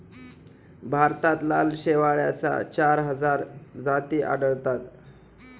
भारतात लाल शेवाळाच्या चार हजार जाती आढळतात